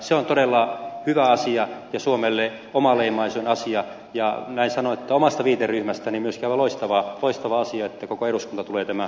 se on todella hyvä asia ja suomelle omaleimaisin asia ja näin sanon että omasta viiteryhmästäni myöskin aivan loistava asia että koko eduskunta tulee tämän tunnustamaan